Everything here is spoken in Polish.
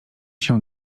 się